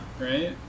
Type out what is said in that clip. right